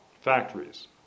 factories